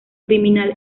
criminal